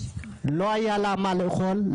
לא היה לה מה לאכול,